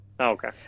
Okay